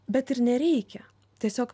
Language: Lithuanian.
bet ir nereikia tiesiog